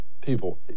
People